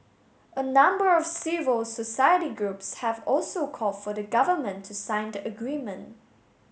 a number of civil society groups have also called for the Government to sign the agreement